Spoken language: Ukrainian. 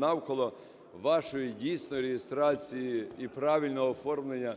навколо вашої дійсно реєстрації і правильного оформлення